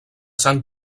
sang